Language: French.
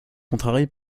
contrarié